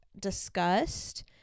discussed